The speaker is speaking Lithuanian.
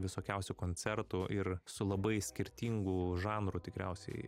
visokiausių koncertų ir su labai skirtingų žanrų tikriausiai